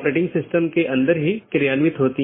इसलिए EBGP साथियों के मामले में जब हमने कुछ